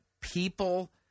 people